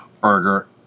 Burger